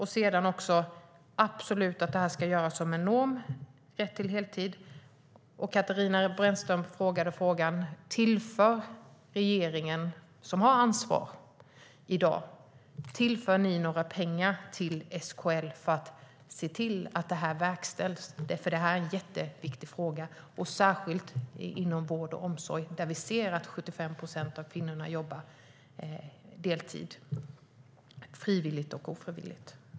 Heltid ska absolut göras till en norm, och Katarina Brännström frågade: Tillför regeringen, som har ansvar i dag, några pengar till SKL för att se till att detta verkställs? Detta är en viktig fråga, särskilt inom vård och omsorg, där 75 procent av kvinnorna jobbar deltid, frivilligt och ofrivilligt.